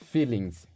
Feelings